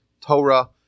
Torah